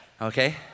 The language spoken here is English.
Okay